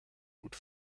gut